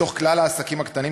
מתוך כלל העסקים הקטנים,